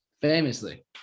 Famously